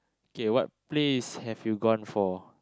okay what place have you gone for